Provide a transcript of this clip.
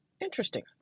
interesting